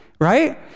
Right